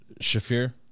Shafir